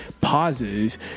pauses